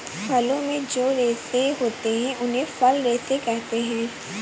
फलों में जो रेशे होते हैं उन्हें फल रेशे कहते है